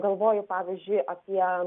galvoju pavyzdžiui apie